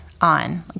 on